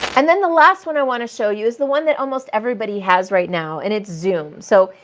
and then the last one i want to show you is the one that almost everybody has right now. and it's zoom. so,